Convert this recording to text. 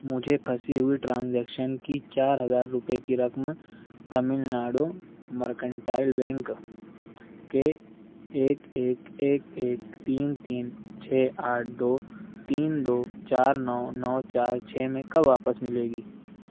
مجھے پھنسی ہوئی ٹرانزیکشن کی چار ہزار روپئے کی رقم تمل ناڈو مرکنٹائل بینک کے ایک ایک ایک ایک تین تین چھ آٹھ دو تین دو چار نو نو چار چھ میں کب واپس ملے گی